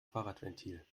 fahrradventil